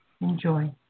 Enjoy